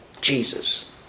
Jesus